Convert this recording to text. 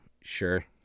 Sure